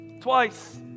twice